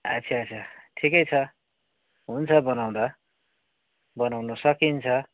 अच्छा अच्छा ठिकै छ हुन्छ बनाउँदा बनाउनु सकिन्छ